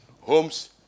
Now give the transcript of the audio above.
homes